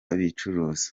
bicuruza